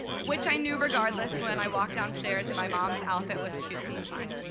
which i knew regardless when i walked downstairs and my mom's outfit was cuter than mine.